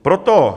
Proto...